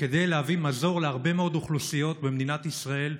כדי להביא מזור להרבה מאוד אוכלוסיות במדינת ישראל,